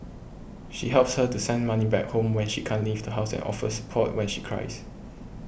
she helps her to send money back home when she can't leave the house and offers support when she cries